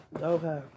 Okay